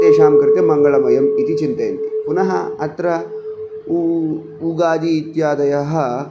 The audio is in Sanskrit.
तेषां कृते मङ्गळमयम् इति चिन्तयन्ति पुनः अत्र ऊ उगादि इत्यादयः